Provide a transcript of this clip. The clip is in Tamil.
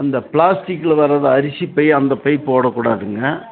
அந்த பிளாஸ்டிக்கில் வரது அரிசி பை அந்த பை போடக்கூடாதுங்க